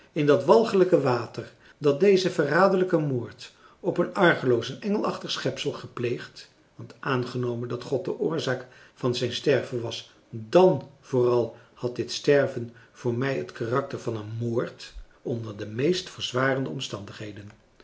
in dat walgelijke water dat deze verraderlijke moord op een argeloos en engelachtig schepseltje gepleegd want aangenomen dat god de oorzaak van zijn sterven was dàn vooral had dit sterven voor mij het karakter van een mrd onder de meest verzwarende omstandigheden